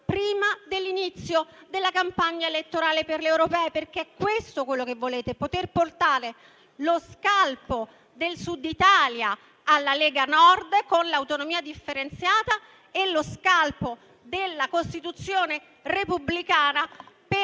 prima dell'inizio della campagna elettorale per le europee. È questo quello che volete: portare lo scalpo del Sud Italia alla Lega Nord con l'autonomia differenziata e lo scalpo della Costituzione repubblicana a